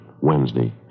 Wednesday